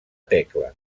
tecla